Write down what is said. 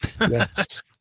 Yes